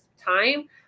time